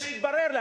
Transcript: כשהתברר לי,